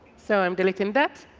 so i'm delete ing that.